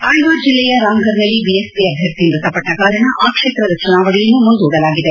ಅಳ್ವಾರ್ ಜಿಲ್ಲೆಯ ರಾಮಘರ್ನಲ್ಲಿ ಬಿಎಸ್ಪಿ ಅಭ್ಯರ್ಥಿ ಮೃತವಟ್ಟ ಕಾರಣ ಆ ಕ್ಷೇತ್ರದ ಚುನಾವಣೆಯನ್ನು ಮುಂದೂಡಲಾಗಿದೆ